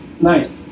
Nice